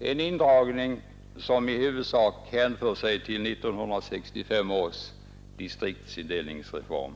Denna indragning hänför sig i huvudsak till 1965 års distriktsindelningsreform.